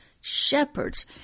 shepherds